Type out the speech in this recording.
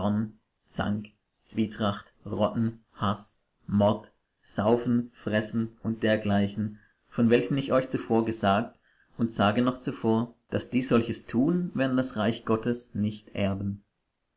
zank zwietracht rotten haß mord saufen fressen und dergleichen von welchen ich euch zuvor gesagt und sage noch zuvor daß die solches tun werden das reich gottes nicht erben